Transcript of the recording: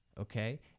okay